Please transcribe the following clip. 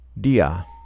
Dia